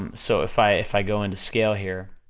um so if i, if i go into scale here,